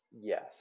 Yes